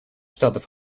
штатов